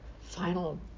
final